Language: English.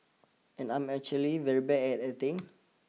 and I'm actually very bad at acting